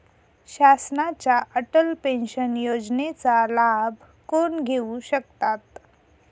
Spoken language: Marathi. शासनाच्या अटल पेन्शन योजनेचा लाभ कोण घेऊ शकतात?